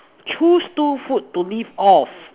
choose two food to live off